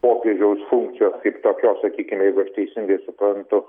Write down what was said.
popiežiaus funkcijos kaip tokios sakykime jeigu aš teisingai suprantu